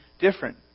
different